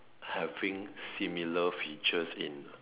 having similar features in